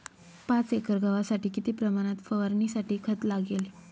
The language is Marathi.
पाच एकर गव्हासाठी किती प्रमाणात फवारणीसाठी खत लागेल?